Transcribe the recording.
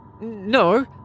No